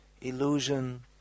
illusion